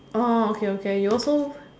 orh okay okay you also